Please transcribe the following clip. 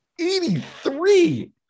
83